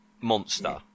monster